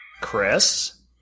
Chris